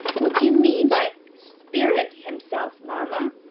what do you mean by spirit himself, mamma?